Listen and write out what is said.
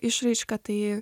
išraiška tai